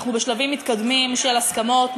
אנחנו בשלבים מתקדמים של הסכמות,